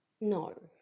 No